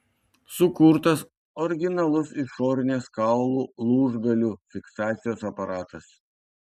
sukurtas originalus išorinės kaulų lūžgalių fiksacijos aparatas